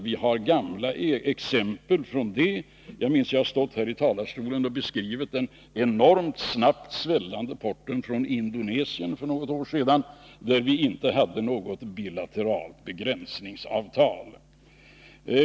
Vi har gamla exempel på det. Jag minns att jag har stått här i talarstolen och beskrivit den enormt snabbt svällande importen från Indonesien för några år sedan, där vi inte hade något bilateralt begränsningsavtal.